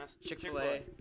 Chick-fil-A